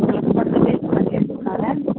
plus വണ്ണിലേക്ക് മതിയായിരുന്നു സാറെ